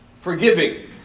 forgiving